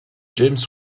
james